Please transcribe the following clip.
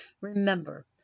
Remember